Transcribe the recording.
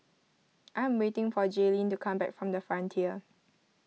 I am waiting for Jayleen to come back from the Frontier